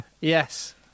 yes